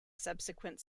subsequent